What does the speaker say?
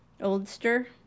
Oldster